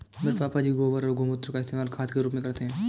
मेरे पापा जी गोबर और गोमूत्र का इस्तेमाल खाद के रूप में करते हैं